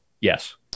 Yes